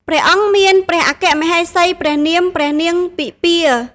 ព្រះអង្គមានព្រះអគ្គមហេសីព្រះនាមព្រះនាងពិម្ពា។